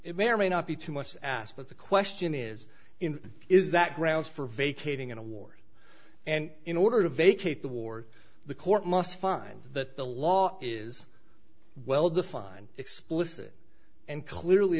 it may or may not be too much asked but the question is is that grounds for vacating an award and in order to vacate the ward the court must find that the law is well defined explicit and clearly